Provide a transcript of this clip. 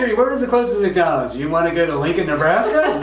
siri, where is the closest mcdonald's? you want to go to lincoln, nebraska?